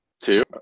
two